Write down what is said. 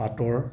পাটৰ